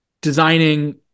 designing